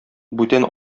бүтән